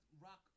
Rock